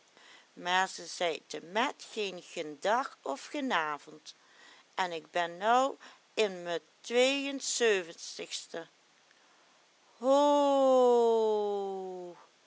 maar ze zei temet geen gendag of genavend en ik ben nou in me tweeënzeuventigste hoo o o o h